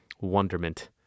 wonderment